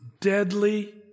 deadly